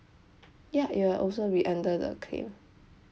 ya it will also be under the claim